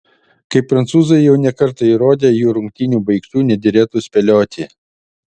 kaip prancūzai jau ne kartą įrodė jų rungtynių baigčių nederėtų spėlioti